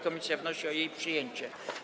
Komisja wnosi o jej przyjęcie.